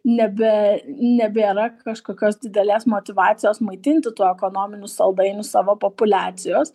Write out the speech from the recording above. nebe nebėra kažkokios didelės motyvacijos maitinti tų ekonominių saldainių savo populiacijos